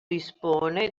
dispone